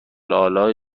آلا